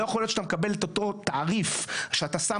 לא יכול להיות שאתה מקבל את אותו תעריף כשאתה שם